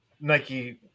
Nike